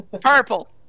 Purple